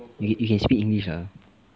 you you can speak english lah